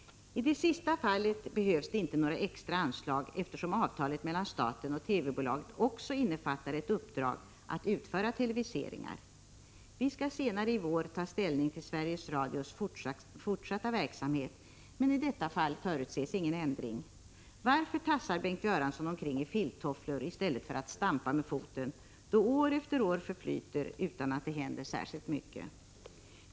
I det sista fallet behövs det inte några extra anslag, eftersom avtalet mellan staten och TV-bolaget också innefattar ett uppdrag att utföra televiseringar. Vi skall senare i vår ta ställning till Sveriges Radios fortsatta verksamhet, men i detta fall förutses ingen ändring. Varför tassar Bengt Göransson omkring i filttofflor i stället för att stampa med foten, då år efter år förflyter utan att det händer särskilt mycket?